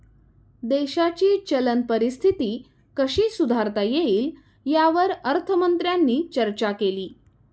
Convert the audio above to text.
देशाची चलन परिस्थिती कशी सुधारता येईल, यावर अर्थमंत्र्यांनी चर्चा केली